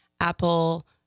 Apple